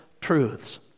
truths